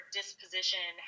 disposition